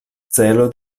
celo